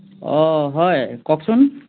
অঁ হয় কওকচোন